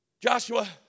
Joshua